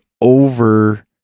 over